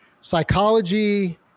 psychology